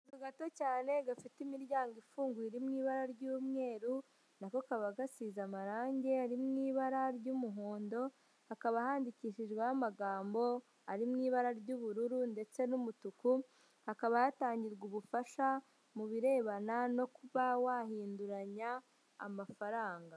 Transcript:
Akazu gato cyane gafite imiryango ifunguye iri mw'ibara ry'umweru nako kaba gasize amarange ari mw'ibara ry'umuhondo, hakaba handikishijweho amagambo ari mw'ibara ry'ubururu ndetse n'umutuku, hakaba hatangirwa ubufasha mu birebana no kuba wahinduranya amafaranga.